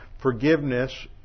forgiveness